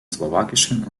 slowakischen